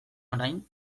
orain